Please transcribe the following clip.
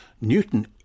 Newton